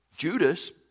Judas